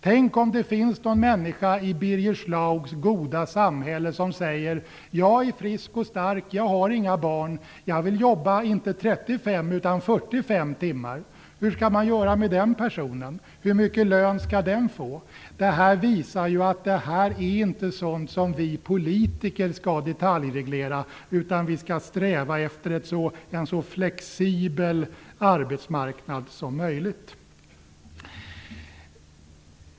Tänk om det finns en människa i Birger Schlaugs goda samhälle som säger: Jag är frisk och stark. Jag har inga barn. Jag vill jobba inte 35 utan 45 timmar. Hur skall man göra med den personen? Hur mycket skall den personen få i lön? Detta visar att det här inte är sådant som vi politiker skall detaljreglera. Vi skall i stället sträva efter en så flexibel arbetsmarknad som möjligt.